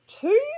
two